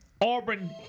Auburn